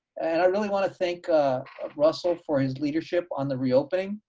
and i really want to thank russell for his leadership on the reopening.